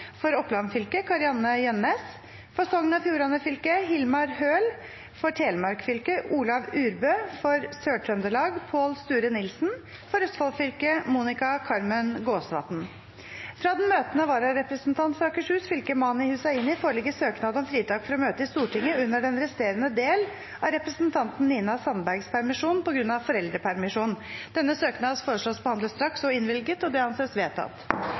For Oppland fylke: Kari-Anne Jønnes For Sogn og Fjordane fylke: Hilmar Høl For Telemark fylke: Olav Urbø For Sør-Trøndelag: Pål Sture Nilsen For Østfold fylke: Monica Carmen Gåsvatn Fra den møtende vararepresentant for Akershus fylke, Mani Hussaini , foreligger søknad om fritak for å møte i Stortinget under den resterende del av representanten Nina Sandbergs permisjon, på grunn av foreldrepermisjon. Denne søknad foreslås behandlet straks og innvilget. – Det anses vedtatt.